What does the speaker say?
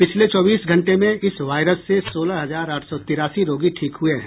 पिछले चौबीस घंटे में इस वायरस से सोलह हजार आठ सौ तिरासी रोगी ठीक हुए हैं